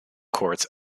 courts